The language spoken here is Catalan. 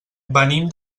venim